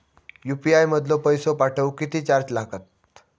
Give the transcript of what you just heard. UPI मधलो पैसो पाठवुक किती चार्ज लागात?